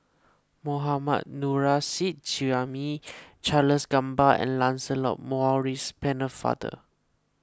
Mohammad Nurrasyid Juraimi Charles Gamba and Lancelot Maurice Pennefather